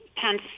pence